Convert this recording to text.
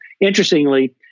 Interestingly